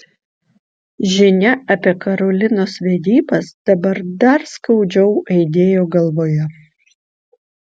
žinia apie karolinos vedybas dabar dar skaudžiau aidėjo galvoje